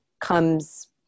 comes